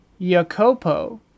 Jacopo